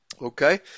Okay